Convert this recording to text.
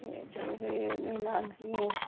ठीक ठीक फ्ही निं नानकियें